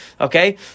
Okay